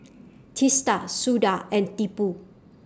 Teesta Suda and Tipu